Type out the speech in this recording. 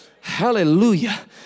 Hallelujah